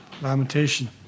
lamentation